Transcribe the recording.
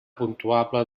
puntuable